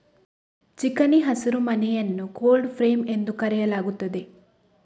ಚಿಕಣಿ ಹಸಿರುಮನೆಯನ್ನು cold frame ಎಂದು ಕರೆಯಲಾಗುತ್ತದೆ